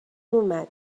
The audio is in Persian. اومد